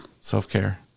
self-care